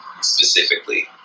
specifically